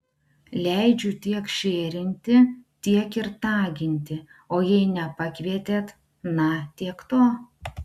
leidžiu tiek šėrinti tiek ir taginti o jei nepakvietėt na tiek to